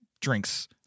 drinks